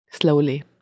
slowly